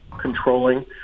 controlling